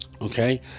Okay